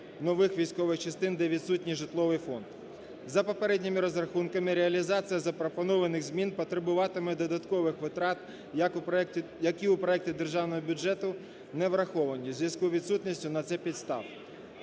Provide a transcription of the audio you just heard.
нових військових частин, де відсутній житловий фонд. За попередніми розрахунками, реалізація запропонованих змін потребуватиме додаткових витрат як у проекті... які у проекті державного бюджету не враховані в зв'язку із відсутністю на це підстав.